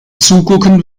zugucken